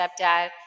stepdad